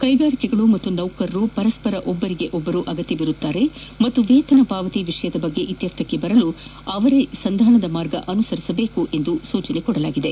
ಕೈಗಾರಿಕೆಗಳು ಮತ್ತು ನೌಕರರು ಪರಸ್ಪರ ಒಬ್ಬರಿಗೆ ಒಬ್ಬರು ಅಗತ್ಯವಿರುತ್ತಾರೆ ಮತ್ತು ವೇತನ ಪಾವತಿ ವಿಷಯದ ಬಗ್ಗೆ ಇತ್ಯರ್ಥಕ್ಕೆ ಬರಲು ಅವರೇ ಸಂಧಾನದ ಮಾರ್ಗ ಅನುಸರಿಸಬೇಕು ಎಂದು ಸೂಚಿಸಿದೆ